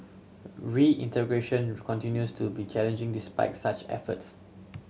reintegration continues to be challenging despite such efforts